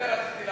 השתחרר.